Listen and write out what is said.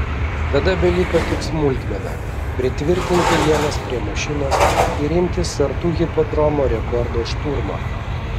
tada beliko tik smulkmena pritvirtinti ienas prie mašinos ir imtis sartų hipodromo rekordo šturmo